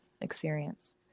experience